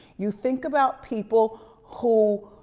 you think about people who,